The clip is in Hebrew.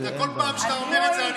כל פעם שאתה אומר את זה,